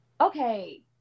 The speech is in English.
okay